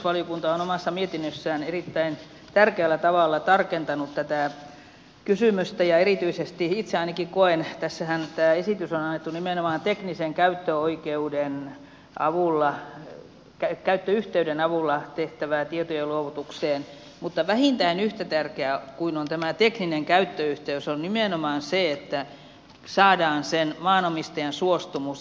valiokunta on omassa mietinnössään erittäin tärkeällä tavalla tarkentanut tätä kysymystä ja erityisesti itse ainakin koen tässähän tämä esitys on annettu nimenomaan teknisen käyttöyhteyden avulla tehtävään tietojen luovutukseen että vähintään yhtä tärkeää kuin on tämä tekninen käyttöyhteys on nimenomaan se että saadaan sen maanomistajan suostumus